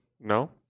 No